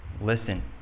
listen